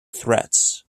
threats